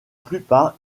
plupart